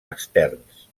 externs